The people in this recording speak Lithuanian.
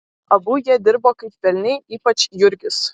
abu jie dirbo kaip velniai ypač jurgis